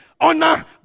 honor